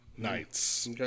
Nights